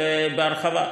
ובהרחבה,